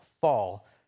fall